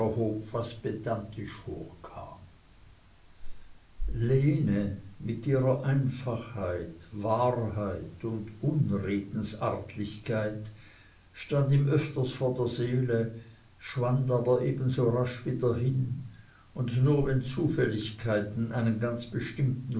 fast pedantisch vorkam lene mit ihrer einfachheit wahrheit und unredensartlichkeit stand ihm öfters vor der seele schwand aber ebenso rasch wieder hin und nur wenn zufälligkeiten einen ganz bestimmten